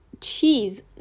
cheese